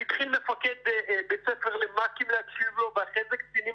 התחיל מפקד בית ספר למ"כים להקשיב לו ואחר כך קצינים